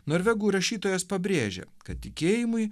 norvegų rašytojas pabrėžė kad tikėjimui